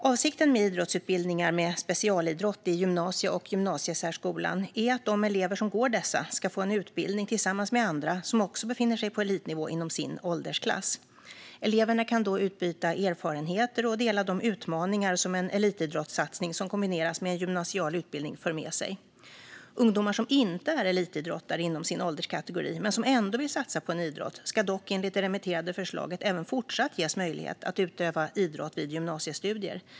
Avsikten med idrottsutbildningar med specialidrott i gymnasie och gymnasiesärskolan är att de elever som går dessa ska få en utbildning tillsammans med andra som också befinner sig på elitnivå inom sin åldersklass. Eleverna kan då utbyta erfarenheter och dela de utmaningar som en elitidrottssatsning som kombineras med en gymnasial utbildning för med sig. Ungdomar som inte är elitidrottare inom sin ålderskategori men som ändå vill satsa på en idrott ska dock enligt det remitterade förslaget även fortsatt ges möjlighet att utöva idrott vid gymnasiestudier.